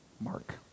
mark